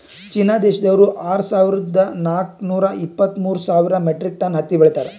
China ದೇಶ್ದವ್ರು ಆರ್ ಸಾವಿರದಾ ನಾಕ್ ನೂರಾ ಇಪ್ಪತ್ತ್ಮೂರ್ ಸಾವಿರ್ ಮೆಟ್ರಿಕ್ ಟನ್ ಹತ್ತಿ ಬೆಳೀತಾರ್